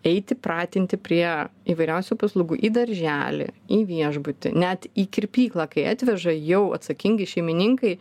eiti pratinti prie įvairiausių paslaugų į darželį į viešbutį net į kirpyklą kai atveža jau atsakingi šeimininkai